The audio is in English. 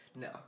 no